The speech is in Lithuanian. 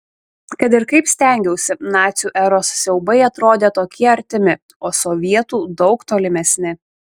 kad ir kaip stengiausi nacių eros siaubai atrodė tokie artimi o sovietų daug tolimesni